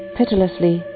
pitilessly